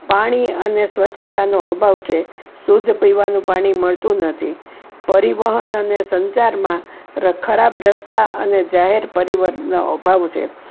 પાણી અને સ્વચ્છતાનો અભાવ છે શુદ્ધ પીવાનું પાણી મળતું નથી પરિવહન અને સંચારમાં ખરાબ રસ્તા અને જાહેર પરિવહનનો અભાવ છે